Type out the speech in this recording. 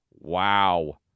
Wow